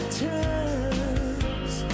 turns